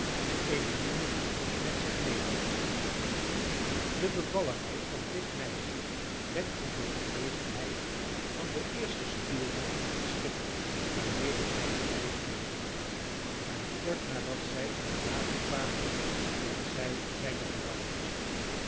emmeline met zich nemende de bevalligheid van dit meisje wekte de genegenheid van den eersten stuurman op het schip waarmede zij de reis deden en kort nadat zij in de haven kwamen werd zij zijne vrouw